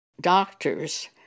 doctors